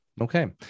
Okay